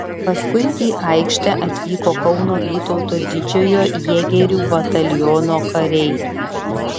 paskui į aikštę atvyko kauno vytauto didžiojo jėgerių bataliono kariai